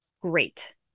Great